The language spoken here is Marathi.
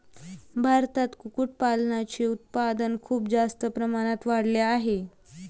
भारतात कुक्कुटपालनाचे उत्पादन खूप जास्त प्रमाणात वाढले आहे